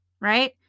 right